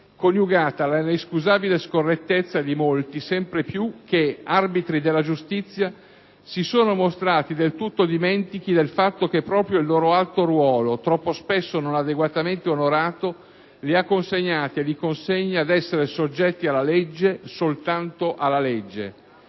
...coniugata alla inescusabile scorrettezza di molti (sempre più) che, arbitri della giustizia, si sono mostrati del tutto dimentichi del fatto che proprio il loro alto ruolo, troppo spesso non adeguatamente onorato, li ha consegnati e li consegna ad essere soggetti alla legge, soltanto alla legge: